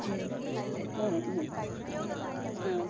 ഉം ആ ആ ആ